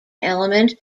element